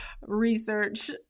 research